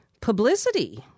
publicity